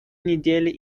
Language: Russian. недели